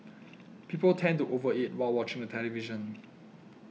people tend to over eat while watching the television